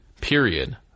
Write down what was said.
period